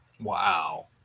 Wow